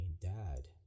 dad